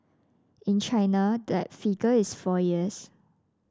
in China that figure is four years